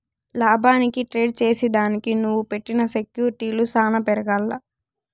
లాభానికి ట్రేడ్ చేసిదానికి నువ్వు పెట్టిన సెక్యూర్టీలు సాన పెరగాల్ల